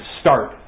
start